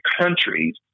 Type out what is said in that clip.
countries